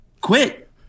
Quit